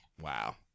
Wow